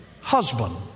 husband